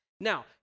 Now